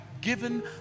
given